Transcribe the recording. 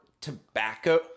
tobacco